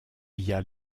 via